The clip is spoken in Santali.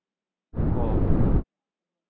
ᱠᱚ